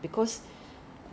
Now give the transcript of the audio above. is fried chicken one